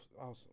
awesome